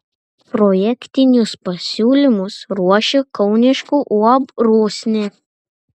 projektinius pasiūlymus ruošė kauniškių uab rusnė